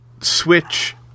Switch